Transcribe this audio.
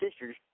sisters